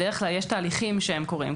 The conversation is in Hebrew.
בדרך כלל יש תהליכים שהם קורים,